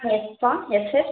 principal yes sir